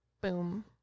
Boom